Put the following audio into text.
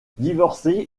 divorcé